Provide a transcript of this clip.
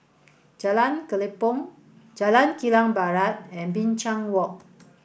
Jalan Kelempong Jalan Kilang Barat and Binchang Walk